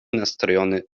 nastrojony